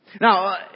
Now